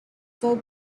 four